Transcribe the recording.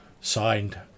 signed